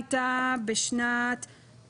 מתי הייתה הפסיקה של בית המשפט?